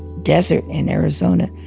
desert in arizona,